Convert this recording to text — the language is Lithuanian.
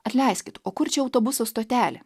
atleiskit o kur čia autobusų stotelė